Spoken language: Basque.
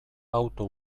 auto